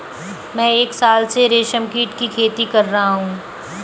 मैं एक साल से रेशमकीट की खेती कर रहा हूँ